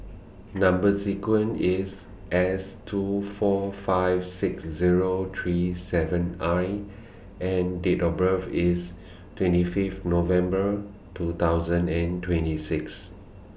Number sequence IS S two four five six Zero three seven I and Date of birth IS twenty Fifth November two thousand and twenty six